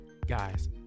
Guys